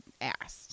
asked